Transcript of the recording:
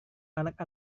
anak